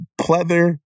pleather